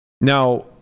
Now